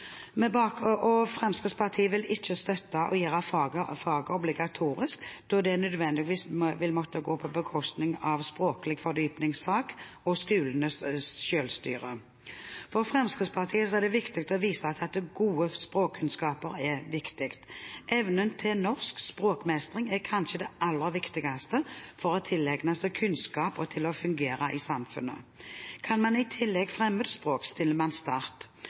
Fremskrittspartiet vil ikke støtte å gjøre faget obligatorisk, da det nødvendigvis vil måtte gå på bekostning av språklig fordypningsfag og skolenes selvstyre. For Fremskrittspartiet er det viktig å vise til at gode språkkunnskaper er viktig. Evnen til norsk språkmestring er kanskje det aller viktigste for å tilegne seg kunnskap og for å fungere i samfunnet. Kan man i tillegg